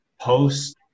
post